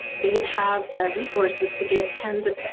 they didn't have the resources to get tens of but